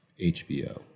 HBO